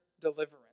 deliverance